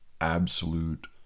absolute